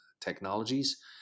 technologies